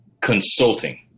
consulting